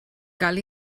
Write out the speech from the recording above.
cal